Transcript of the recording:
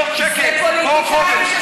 מיליון שקל כל חודש.